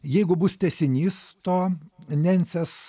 jeigu bus tęsinys to nencės